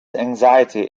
anxiety